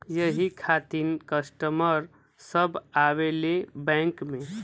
यही खातिन कस्टमर सब आवा ले बैंक मे?